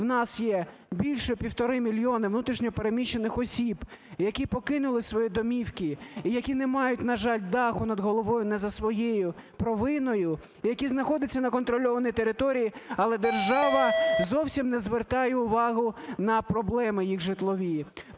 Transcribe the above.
у нас є більше півтора мільйона внутрішньо переміщених осіб, які покинули свої домівки і які не мають, на жаль, даху над головою не за своєю провиною, які знаходяться на контрольованій території, але держава зовсім не звертає увагу на проблеми їх житлові.